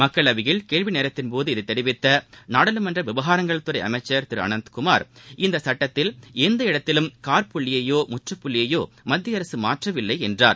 மக்களவையில் கேள்வி நேரத்தின்போது இதை தெரிவித்த நாடாளுமன்ற விவகாரங்கள் துறை அமைச்சர் திரு அனந்த்குமார் இந்த சுட்டத்தில் எந்த இடத்திலும் காற்புள்ளியையோ முற்றுப்புள்ளியையோ மத்திய அரக மாற்றவில்லை என்றார்